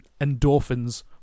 endorphins